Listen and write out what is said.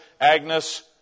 Agnes